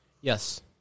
Yes